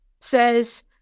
says